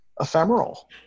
ephemeral